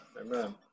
Amen